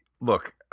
look